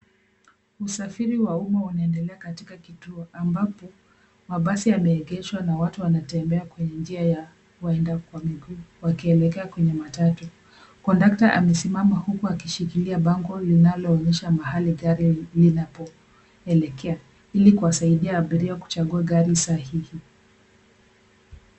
Usafiri wa umma unaendelea katika kituo ambapo mabasi yameegeshwa na watu wanatembea kwenye njia ya kuenda kwa miguu wakielekea kwenye matatu. Kondakta amesimama huku akishikilia bango linaloonyesha mahali gari linapoelekea ili kuwasaidia abiria kuchagua gari sahihi.